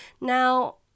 now